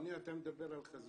אדוני, אתה מדבר על חזון.